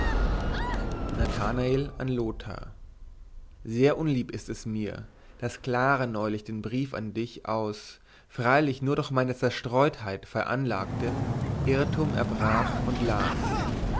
nathanael an lothar sehr unlieb ist es mir daß clara neulich den brief an dich aus freilich durch meine zerstreutheit veranlagtem irrtum erbrach und las